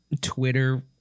Twitter